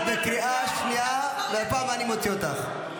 את בקריאה שנייה, והפעם אני מוציא אותך.